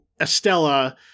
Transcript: Estella